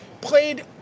Played